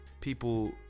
people